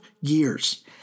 years